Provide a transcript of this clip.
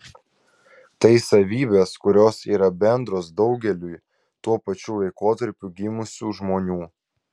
tai savybės kurios yra bendros daugeliui tuo pačiu laikotarpiu gimusių žmonių